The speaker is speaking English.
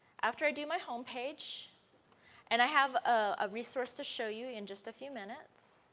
after i do my homepage and i have a resource to show you in just a few minutes.